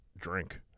Drink